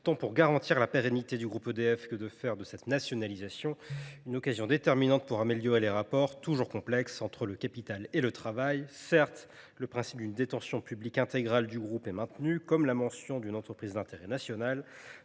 tant pour garantir la pérennité du groupe EDF que pour faire de cette nationalisation une occasion déterminante pour améliorer les rapports, toujours complexes, entre le capital et le travail. Certes, le principe d’une détention publique intégrale du groupe est maintenu, comme la mention d’une entreprise d’intérêt national,